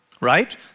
right